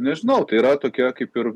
nežinau tai yra tokia kaip ir